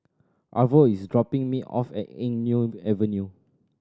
Arvo is dropping me off at Eng Neo Avenue